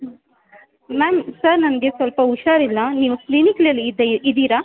ಹ್ಞೂ ma'am sir ನನಗೆ ಸ್ವಲ್ಪ ಹುಷಾರಿಲ್ಲ ನೀವು ಕ್ಲಿನಿಕಲ್ಲಿ ಇದು ಇದ್ದೀರಾ